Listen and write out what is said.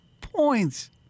points